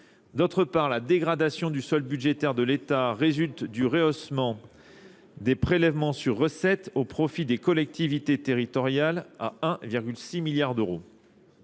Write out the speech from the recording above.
D'autre part, la dégradation du sol budgétaire de l'État résulte du rehaussement des prélèvements sur recettes au profit des collectivités territoriales à 1,6 milliard d'euros.